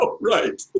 right